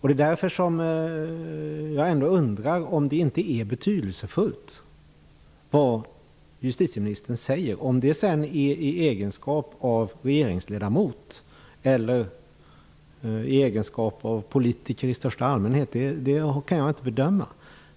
Det är därför som jag undrar om det inte är betydelsefullt vad justitieministern säger. Om det sedan skall ske i egenskap av regeringsledamot eller i egenskap av politiker i största allmänhet kan jag inte bedöma.